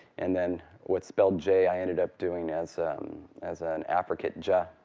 and then what's spelled j i ended up doing as as an affricate juh.